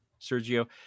sergio